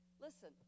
listen